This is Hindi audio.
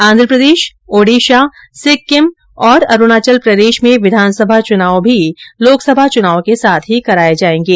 आंध्रप्रदेश ओडिशा सिक्किम और अरूणाचल प्रदेश में विधानसभा चुनाव भी लोकसभा चुनाव के साथ ही कराये जायेंगे